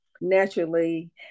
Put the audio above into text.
naturally